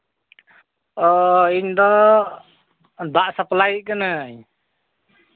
ᱚ ᱤᱧᱫᱚ ᱫᱟᱜ ᱥᱟᱯᱞᱟᱭᱤᱡᱽ ᱠᱟᱹᱱᱟᱹᱧ